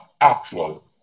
actual